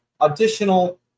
additional